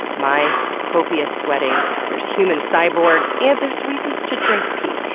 my copious sweating. there's human cyborgs and there's reasons to drink pee.